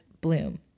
bloom